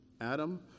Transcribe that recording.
Adam